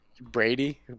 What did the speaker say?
Brady